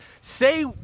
say